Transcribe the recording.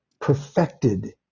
perfected